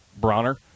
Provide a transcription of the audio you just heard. Bronner